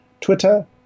Twitter